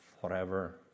forever